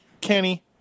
Kenny